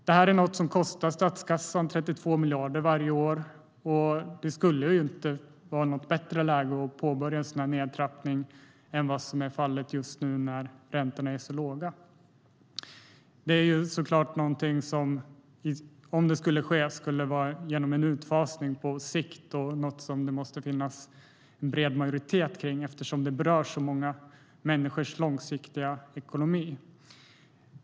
Detta kostar statskassan 32 miljarder varje år. Det finns nog inget bättre läge att påbörja en nedtrappning än just nu när räntorna är så låga. Om det ska göras bör det ske genom en utfasning på sikt som det bör finnas en bred majoritet för, eftersom många människors långsiktiga ekonomi berörs.